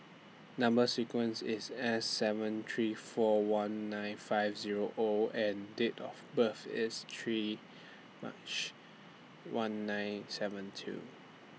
Number sequence IS S seven three four one nine five Zero O and Date of birth IS three March one nine seven two